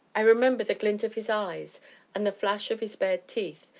i remember the glint of his eyes and the flash of his bared teeth,